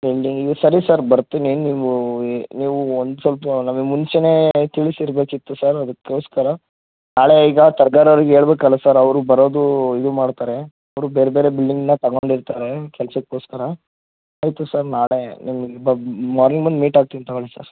building ಸರಿ sir ಬರ್ತೀನಿ ನೀವು ನೀವು ಒಂದು ಸ್ವಲ್ಪ ನಮಗೆ ಮುಂಚೆನೇ ತಿಳಿಸಿರ್ಬೇಕಿತ್ತು ಸರ್ ಅದಕ್ಕೋಸ್ಕರ ನಾಳೆ ಈಗ ತರ್ಗಾರು ಅವ್ರಿಗೆ ಹೇಳ್ಬೇಕಲ್ಲ ಸರ್ ಅವರು ಬರೋದು ಇದು ಮಾಡ್ತಾರೆ ಅವರು ಬೇರೆ ಬೇರೆ ಬಿಲ್ಡಿಂಗ್ನ ತೊಗೊಂಡಿರ್ತಾರೆ ಕೆಲ್ಸಕ್ಕೋಸ್ಕರ ಆಯಿತು ಸರ್ ನಾಳೆ ನಿಮಗೆ ಮಾರ್ನಿಂಗ್ ಬಂದು ಮೀಟ್ ಆಗ್ತೀನಿ ತೊಗೊಳಿ ಸರ್